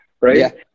right